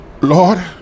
Lord